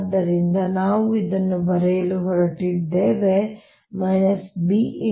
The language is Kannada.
ಆದ್ದರಿಂದ ನಾನು ಇದನ್ನು ಬರೆಯಲು ಹೊರಟಿದ್ದೇನೆ B